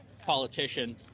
politician